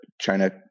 China